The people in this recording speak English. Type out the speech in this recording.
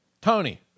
Tony